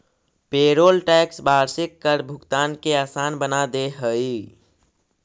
payroll tax वार्षिक कर भुगतान के असान बना दे हई